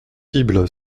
impossible